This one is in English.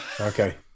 Okay